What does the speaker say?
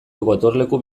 gotorleku